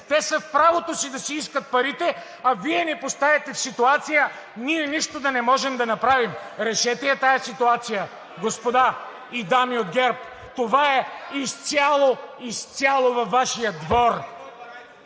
те са в правото си да си искат парите, а Вие ни поставяте в ситуация ние нищо да не можем да направим! Решете я тая ситуация, господа и дами от ГЕРБ! Това е изцяло, изцяло във Вашия двор.